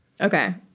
Okay